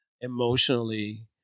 emotionally